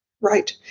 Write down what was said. Right